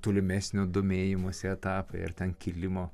tolimesnio domėjimosi etapai ar ten kilimo